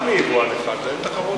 רק מיבואן אחד, אין תחרות בכלל.